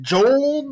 Joel